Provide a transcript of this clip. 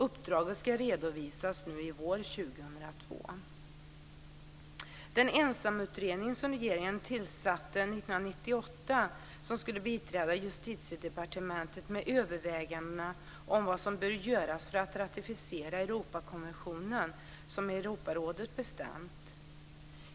Uppdraget ska redovisas nu i vår. skulle biträda Justitiedepartementet med överväganden om vad som bör göras för att ratificera Europakonventionen som Europarådet bestämt.